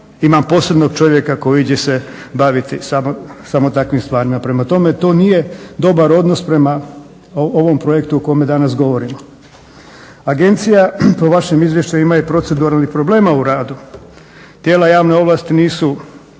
imam posebnog čovjeka koji će se baviti samo takvim stvarima. Prema tome, to nije dobar odnos prema ovom projektu o kome danas govorimo. Agencija po vašem izvješću ima i proceduralnih problema u radu. Tijela javnih ovlasti nisu